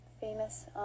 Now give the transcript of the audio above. famous